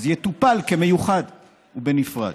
אז הוא יטופל כמיוחד ובנפרד.